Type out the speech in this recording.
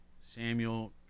Samuel